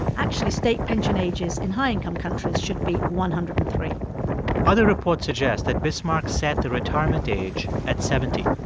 actually, state pension ages in high-income countries should be one hundred and three point other reports suggest that bismarck set the retirement age at seventy.